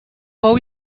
fou